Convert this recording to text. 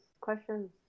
questions